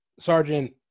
sergeant